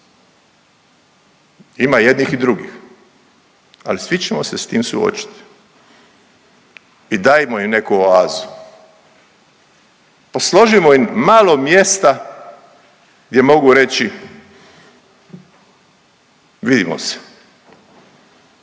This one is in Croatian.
Ima i jednih i drugih, ali svi ćemo se s tim suočit i dajmo im neku oazu, posložimo im malo mjesta gdje mogu reći vidimo se.